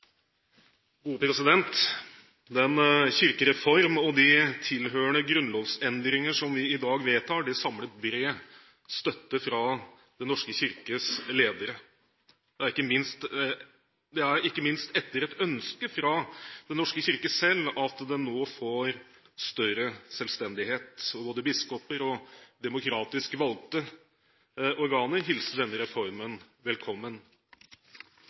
Den kirkereform og de tilhørende grunnlovsendringer som vi i dag vedtar, samler bred støtte fra Den norske kirkes ledere. Det er ikke minst etter et ønske fra Den norske kirke selv at den nå får større selvstendighet. Både biskoper og demokratisk valgte organer hilser denne reformen velkommen.